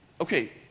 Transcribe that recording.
Okay